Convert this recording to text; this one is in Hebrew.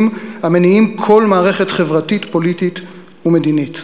המניעים כל מערכת חברתית פוליטית ומדינית.